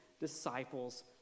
disciples